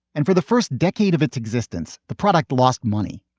and for the first decade of its existence, the product lost money.